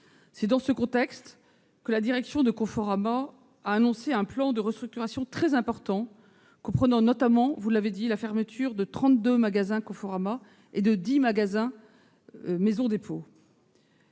C'est dans ce contexte que la direction de Conforama a annoncé un plan de restructuration très important, comprenant notamment la fermeture de 32 magasins Conforama et de 10 magasins Maison Dépôt.